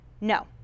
No